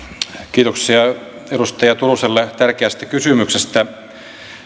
kiitoksia edustaja turuselle tärkeästä kysymyksestä